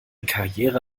karriere